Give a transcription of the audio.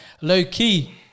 low-key